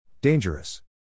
Dangerous